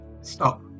Stop